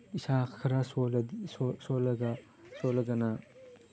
ꯏꯁꯥ ꯈꯔ ꯁꯣꯜꯂꯒꯅ